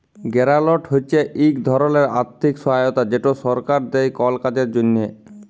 গেরালট হছে ইক ধরলের আথ্থিক সহায়তা যেট সরকার দেই কল কাজের জ্যনহে